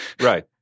Right